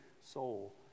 soul